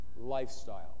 lifestyle